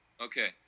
Okay